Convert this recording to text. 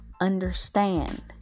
understand